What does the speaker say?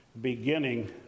beginning